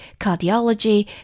cardiology